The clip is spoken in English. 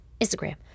Instagram